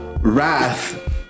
wrath